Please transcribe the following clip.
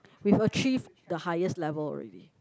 we've achieved the highest level already